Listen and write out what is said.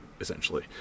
essentially